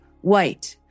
White